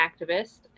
activist